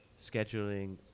scheduling